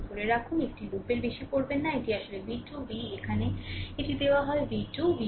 v2 ধরে রাখুন এটি লুপের বেশি করবেন না এটি আসলে v2 v এখানে এটি দেওয়া হয় v2